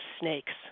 snakes